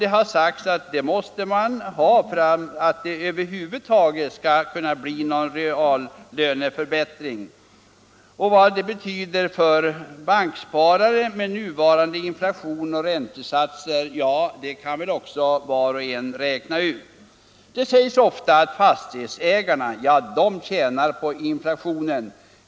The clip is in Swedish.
Det har sagts att man måste ha en sådan höjning för att det över huvud taget skall bli någon reallöneförbättring. Och vad det med nuvarande inflation och räntesatser betyder för banksparare kan var och en räkna ut. Det sägs ofta att fastighetsägare tjänar på inflationen.